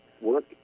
work